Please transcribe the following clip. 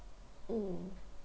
mm